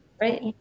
right